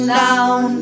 down